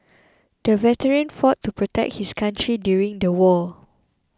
the veteran fought to protect his country during the war